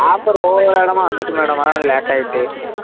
offer J இடமா வந்துட்டு மேடம் அது தான் கொஞ்சம் லேட் ஆகிட்டு